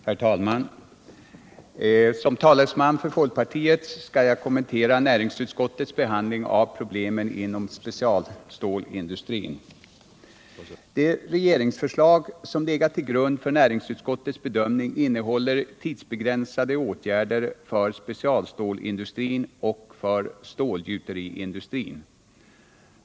Herr talman! Som talesman för folkpartiet skall jag kommentera näringsutskottets behandling av problemen inom specialstålindustrin. Det regeringsförslag som legat till grund för näringsutskottets bedömning innehåller tidsbegränsade åtgärder för specialstålindustrin och stålgjuteriindustrin.